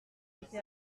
été